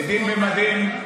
עדים במדים,